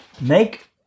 make